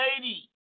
lady